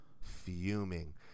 fuming